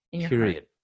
Period